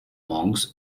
monks